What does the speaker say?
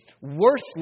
worthless